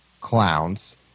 clowns